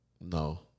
No